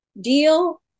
Deal